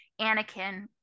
Anakin